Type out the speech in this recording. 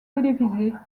télévisées